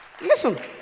Listen